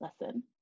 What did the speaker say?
lesson